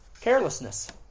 carelessness